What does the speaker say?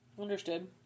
Understood